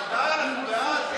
אבל די, אנחנו בעד.